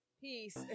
peace